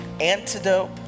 antidote